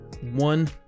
one